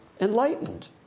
enlightened